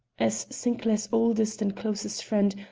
as sinclair's oldest and closest friend,